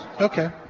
Okay